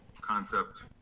concept